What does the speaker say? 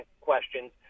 questions